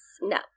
no